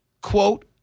Quote